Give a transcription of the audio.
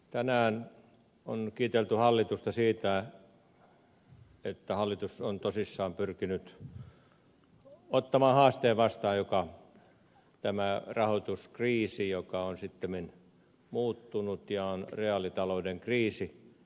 tänään on kiitelty hallitusta siitä että hallitus on tosissaan pyrkinyt ottamaan vastaan haasteen joka on tämä rahoituskriisi joka on sittemmin muuttunut ja on reaalitalouden kriisi